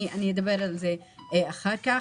אני אדבר על זה אחר כך.